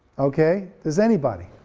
okay, does anybody?